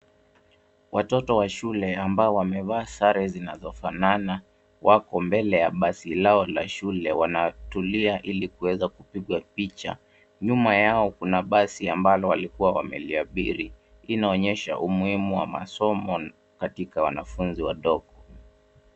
Watoto wa shule ambao wamevaa sare zinazofanana, wako mbele ya basi lao la shule, wanatulia ili kuweza kupigwa picha. Nyuma yao kuna basi ambalo walikua wameliabiri , inaonyesha umuhimu wa masomo katika wanafunzi wadogo.